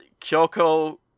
Kyoko